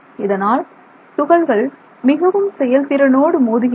இதனால் துகள்கள் மிகவும் செயல்திறனோடு மோதுகின்றன